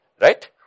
Right